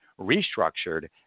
restructured